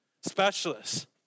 specialists